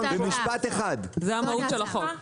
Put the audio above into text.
זה מה שאנחנו עושים.